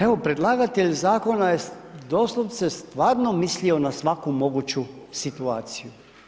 Evo, predlagatelj zakona je doslovce stvarno mislio na svaku moguću situaciju.